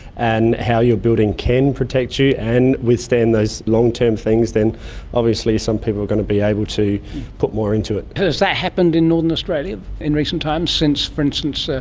and how your building can protect you, and withstand those long-term things then obviously some people are going to be able to put more into it. has that happened in northern australia in recent times since for instance, ah